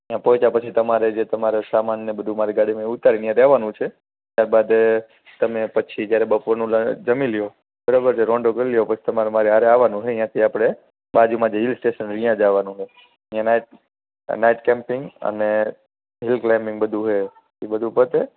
ત્યાં પહોંચ્યા પછી તમારે તમારો જે સામાન ને જે બધું મારી ગાડીમાંથી ઉતારી ત્યાં રહેવાનું છે ત્યારબાદ તમે પછી જયારે બપોરનું જમી લો બરોબર રોંઢો કરી લો પછી તમારે મારી હારે આવવાનું છે ત્યાંથી આપણે બાજુમાં જે હિલ સ્ટેશન છે ત્યાં જવાનું છે એના નાઇટ કેમ્પિંગ અને હિલ ક્લાઈમ્બિંગ બધું છે એ બધું પતે